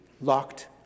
locked